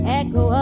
echo